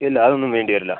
ഇല്ല അത് ഒന്നും വേണ്ടി വരില്ല